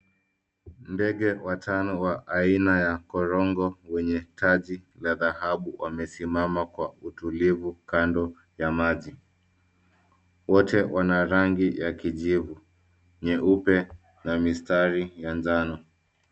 Ndege watano wa aina ya korongo wenye taji la dhahabu wamesimama kwa utulivu kando ya maji. Wote wana rangi ya kijivu, nyeupe na mistari ya njano.